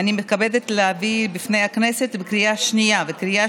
ואני מתכבדת להביא בפני הכנסת לקריאה השנייה והקריאה